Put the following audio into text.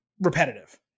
repetitive